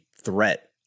threat